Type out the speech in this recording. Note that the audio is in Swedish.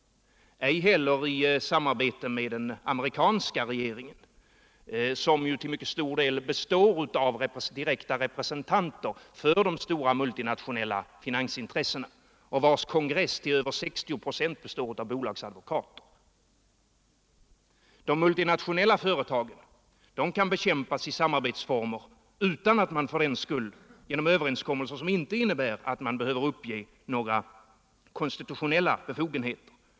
Ej heller i samarbete med den amerikanska regeringen, som ju till mycket stor del består av representanter för de stora multinationella finansintressena och vars kongress till över 60 procent består av bolagsadvokater. De multinationella företagen kan bekämpas utan att man fördenskull träffar överenskommelser som innebär att man uppger konstitutionella befogenheter.